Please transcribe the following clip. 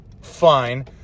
fine